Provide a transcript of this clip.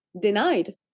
denied